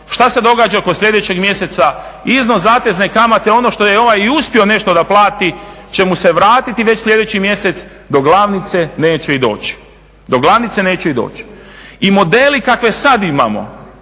Šta se događa kod sljedećeg mjeseca? Iznos zatezne kamate, ono što je ovaj i uspio nešto da plati će mu se vratiti i već sljedeći mjesec do glavnice neće ni doći, do glavnice neće ni doći.